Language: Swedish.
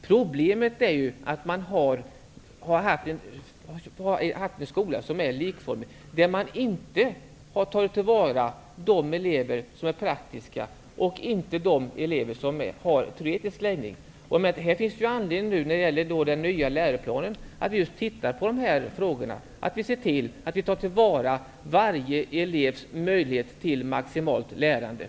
Problemet är att man har haft en likformig skola, där man inte har tagit till vara de elever som är praktiskt lagda och som inte har en teoretisk läggning. Det finns anledning att uppmärksamma dessa frågor i samband med arbetet med den nya läroplanen. Vi bör där maximalt ta till vara varje elevs möjligheter till inlärning.